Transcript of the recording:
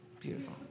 beautiful